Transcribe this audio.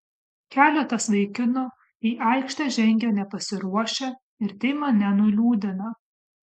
keletas vaikinų į aikštę žengę nepasiruošę ir tai mane nuliūdina